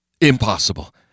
Impossible